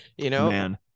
man